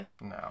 no